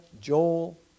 Joel